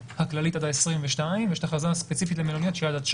"הרבה יותר נמוך"?